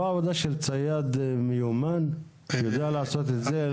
עבודה של צייד מיומן שיודע לעשות את זה?